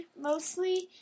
mostly